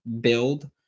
build